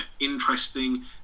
interesting